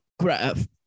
Craft